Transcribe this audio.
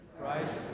Christ